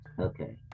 Okay